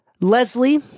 Leslie